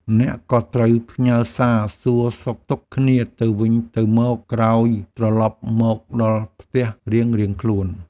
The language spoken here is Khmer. អ្នកក៏ត្រូវផ្ញើសារសួរសុខទុក្ខគ្នាទៅវិញទៅមកក្រោយត្រឡប់មកដល់ផ្ទះរៀងៗខ្លួន។